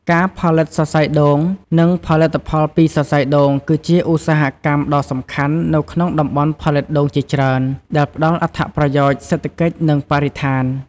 ការផលិតសរសៃដូង និងផលិតផលពីសរសៃដូង គឺជាឧស្សាហកម្មដ៏សំខាន់នៅក្នុងតំបន់ផលិតដូងជាច្រើន ដែលផ្តល់អត្ថប្រយោជន៍សេដ្ឋកិច្ច និងបរិស្ថាន។